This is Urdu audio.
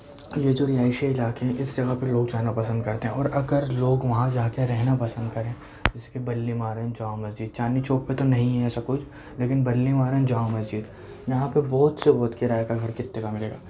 یہ جو رہائشی علاقے ہیں اِس جگہ پہ لوگ جانا پسند کرتے ہیں اور اگر لوگ وہاں جا کے رہنا پسند کریں جیسے کہ بلی مہران جامع مسجد چاندنی چوک پہ تو نہیں ہے ایسا کچھ لیکن بلی مہران جامع مسجد یہاں پہ بہت سے بہت کرائے کا گھر کتے کا مِلے گا